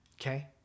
okay